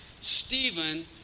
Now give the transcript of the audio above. Stephen